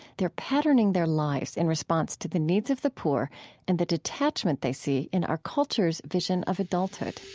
they're patterning their lives in response to the needs of the poor and the detachment they see in our culture's vision of adulthood